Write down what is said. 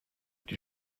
die